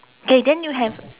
K then you have